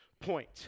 point